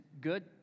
good